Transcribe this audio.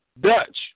Dutch